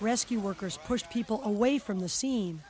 rescue workers push people away from the s